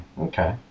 okay